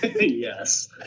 Yes